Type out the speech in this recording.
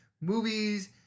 movies